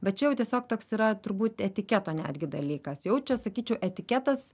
bet čia jau tiesiog toks yra turbūt etiketo netgi dalykas jau čia sakyčiau etiketas